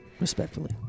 Respectfully